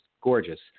gorgeous